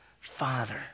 Father